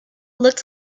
looked